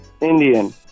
Indian